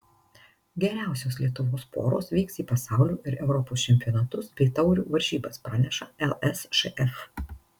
geriausios lietuvos poros vyks į pasaulio ir europos čempionatus bei taurių varžybas praneša lsšf